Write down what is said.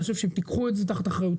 אני חושב שאם תיקחו את זה תחת אחריותכם,